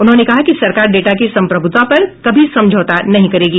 उन्होंने कहा कि सरकार डेटा की संप्रभुता पर कभी समझौता नहीं करेगी